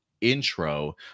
intro